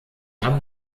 haben